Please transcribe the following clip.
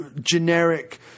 generic